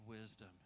wisdom